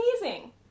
amazing